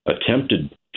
attempted